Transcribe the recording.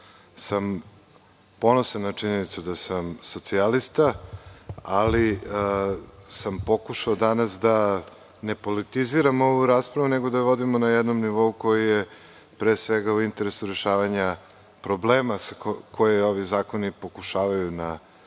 sam ponosan na činjenicu da sam Socijalista. Ali, pokušao sam danas da ne politiziram ovu raspravu nego da je vodimo na jednom nivou koji je pre svega u interesu rešavanja problema koje ovi zakoni pokušavaju na